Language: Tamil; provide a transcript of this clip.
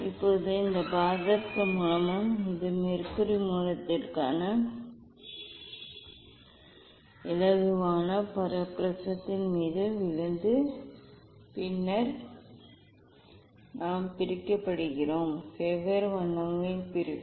இப்போது இந்த பாதரச மூலமும் இது மெர்குரி மூலத்திற்கான இலகுவான ப்ரிஸத்தின் மீது விழுந்து பின்னர் நாம் பிரிக்கப்படுகிறோம் வெவ்வேறு வண்ணங்களின் பிரிப்பு